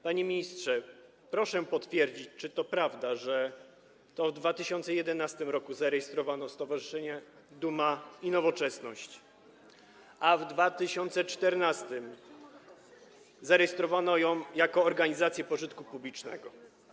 Panie ministrze, proszę potwierdzić, czy to prawda, że to w 2011 r. zarejestrowano stowarzyszenie Duma i Nowoczesność, a w 2014 r. zarejestrowano je jako organizację pożytku publicznego?